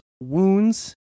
wounds